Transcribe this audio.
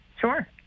Sure